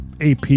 AP